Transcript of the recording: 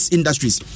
Industries